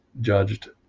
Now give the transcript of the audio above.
judged